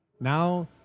Now